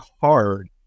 hard